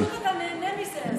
פשוט אתה נהנה מזה,